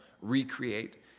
recreate